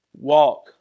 walk